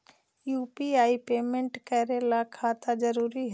UPI payment करे ला खाता जरूरी है?